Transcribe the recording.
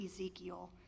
Ezekiel